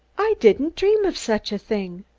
i didn't dream of such a thing,